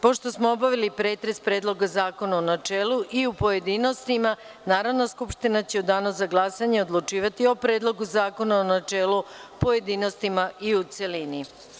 Pošto smo obavili pretres Predloga zakona u načelu i pojedinostima, Narodna skupština će u Danu za glasanje odlučivati o Predlogu zakona u načelu, pojedinostima i u celini.